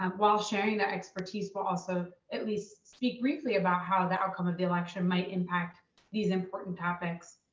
um while sharing their expertise, will also at least speak briefly about how the outcome of the election might impact these important topics.